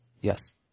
Yes